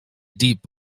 deep